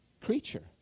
creature